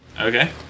Okay